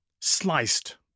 sliced